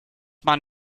man